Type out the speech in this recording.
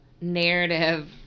narrative